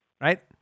Right